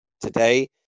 today